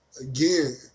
again